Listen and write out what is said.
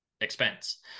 expense